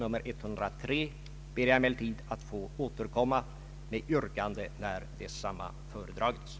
liknande innebörd hade de förslag som framlagts i